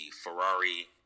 Ferrari